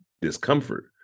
discomfort